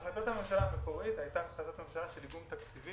החלטת הממשלה המקורית היתה של איגום תקציבי